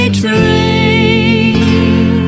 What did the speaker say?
train